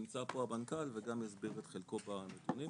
נמצא פה המנכ"ל וגם יסביר את חלקו בנתונים.